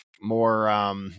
more